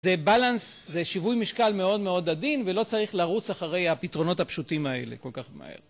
זה בלנס, זה שיווי משקל מאוד מאוד עדין ולא צריך לרוץ אחרי הפתרונות הפשוטים האלה כל כך מהר.